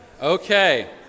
Okay